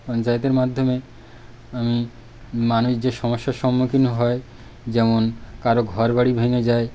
পঞ্চায়েতের মাধ্যমে আমি মানুষ যে সমস্যার সম্মুখীন হয় যেমন কারও ঘর বাড়ি ভেঙে যায়